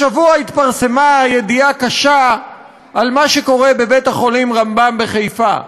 השבוע התפרסמה ידיעה קשה על מה שקורה בבית-החולים רמב"ם בחיפה.